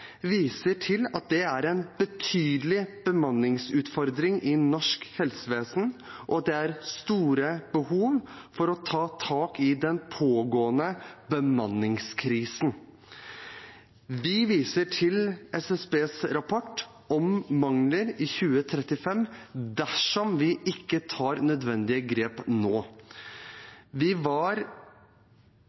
viser til at det er en betydelig bemanningsutfordring i norsk helsevesen, og at det er store behov for å ta tak i den pågående bemanningskrisen. Vi viser til SSBs rapport om mangler i 2035 dersom vi ikke tar nødvendige grep nå. Vi